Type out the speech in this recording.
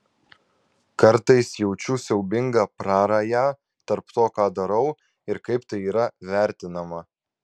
kartais jaučiu siaubingą prarają tarp to ką darau ir kaip tai yra vertinama